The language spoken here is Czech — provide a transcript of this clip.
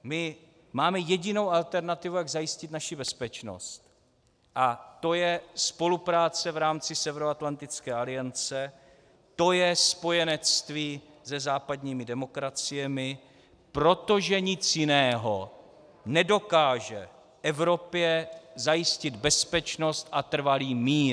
My máme jedinou alternativu, jak zajistit naši bezpečnost, a to je spolupráce v rámci Severoatlantické aliance, to je spojenectví se západními demokraciemi, protože nic jiného nedokáže Evropě zajistit bezpečnost a trvalý mír.